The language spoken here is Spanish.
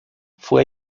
fue